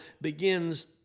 begins